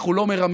אנחנו לא מרמים,